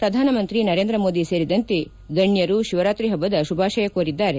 ಪ್ರಧಾನಮಂತ್ರಿ ನರೇಂದ್ರ ಮೋದಿ ಸೇರಿದಂತೆ ಗಣ್ಯರು ಶಿವರಾತ್ರಿ ಹಬ್ಬದ ಶುಭಾಶಯ ಕೋರಿದ್ದಾರೆ